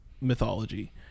mythology